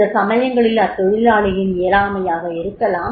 சில சமயங்களில் அத்தொழிலாளியின் இயலாமையாக இருக்கலாம்